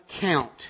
count